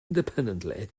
independently